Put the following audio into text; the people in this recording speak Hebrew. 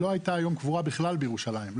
לא הייתה היום קבורה בכלל בירושלים,